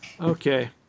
Okay